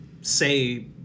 say